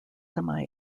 semi